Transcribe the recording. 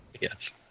Yes